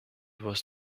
was